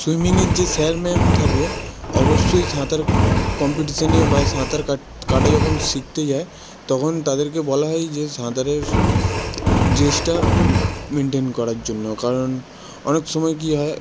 সুইমিংয়ের যে sir ma'am থাকে অবশ্যই সাঁতার কম্পিটিশনে বা সাঁতার কাটা যখন শিখতে যায় তখন তাদেরকে বলা হয় যে সাঁতারের ড্রেসটা মেনটেন করার জন্য কারণ অনেক সময় কী হয়